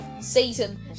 Satan